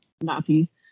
Nazis